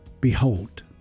Behold